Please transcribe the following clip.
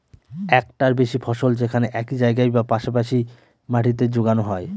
একটার বেশি ফসল যেখানে একই জায়গায় বা পাশা পাশি মাটিতে যোগানো হয়